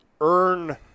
earn